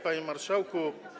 Panie Marszałku!